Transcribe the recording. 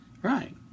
Right